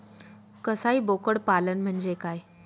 कसाई बोकड पालन म्हणजे काय?